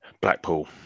Blackpool